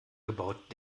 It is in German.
gebaut